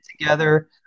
together